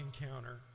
Encounter